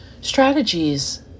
strategies